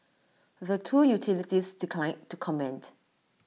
the two utilities declined to comment